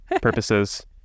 purposes